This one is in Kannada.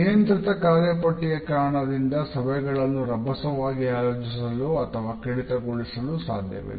ನಿಯಂತ್ರಿತ ಕಾರ್ಯಪಟ್ಟಿಯ ಕಾರಣದಿಂದ ಸಭೆಗಳನ್ನು ರಭಸವಾಗಿ ಆಯೋಜಿಸಲು ಅಥವಾ ಕಡಿತಗೊಳಿಸಲು ಸಾಧ್ಯವಿಲ್ಲ